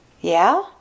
Yeah